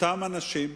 אותם אנשים,